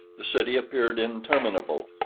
the city appeared interminable,